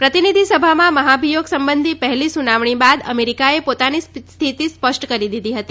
પ્રતિનિધિ સભામાં મહાભિયોગ સંબંધી પહેલી સુનાવણી બાદ અમેરિકાએ પોતાની સ્થિતિ સ્પષ્ટ કરી દીધી હતી